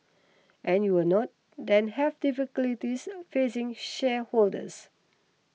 and you will not then have difficulties facing shareholders